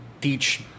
teach